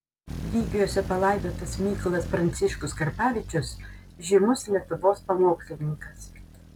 vygriuose palaidotas mykolas pranciškus karpavičius žymus lietuvos pamokslininkas